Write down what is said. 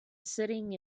sitting